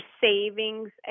savings